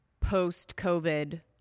post-COVID